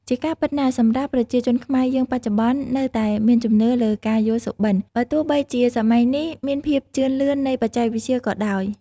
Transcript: ជាការពិតណាស់សម្រាប់ប្រជាជនខ្មែរយើងបច្ចុប្បន្ន នៅតែមានជំនឿលើការយល់សុបិន្ត បើទោះបីជាសម័យនេះ មានភាពជឿនលឿននៃបច្ចេកវិទ្យាក៏ដោយ។